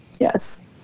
Yes